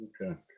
Okay